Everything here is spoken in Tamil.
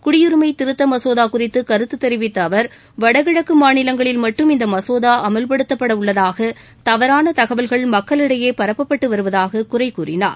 குடியுரிமை திருத்த மசோதா குறித்து கருத்து தெரிவித்த அவர் வடகிழக்கு மாநிலங்களில் மட்டும் இந்த மசோதா அமல்படுத்தப்பட உள்ளதாக தவறான தகவல்கள் மக்களிடையே பரப்பப்பட்டு வருவதாக குறைகூறினார்